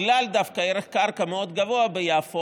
דווקא בגלל ערך קרקע מאוד גבוה ביפו,